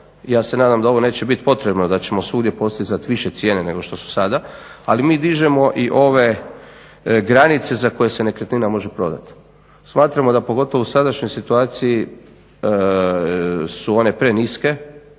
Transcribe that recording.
ja se nadam da ovo neće biti potrebno da ćemo svugdje postizati više cijene nego što su sada ali mi dižemo i ove granice za koje se nekretnina može prodati. Smatramo da pogotovo u sadašnjoj situaciji su one preniske